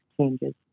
changes